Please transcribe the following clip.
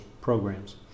programs